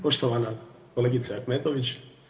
Poštovana kolegice Ahmetović.